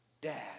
dad